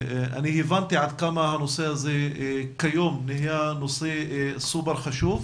הבנתי עד כמה הנושא הזה כיום הוא נושא סופר חשוב.